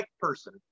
person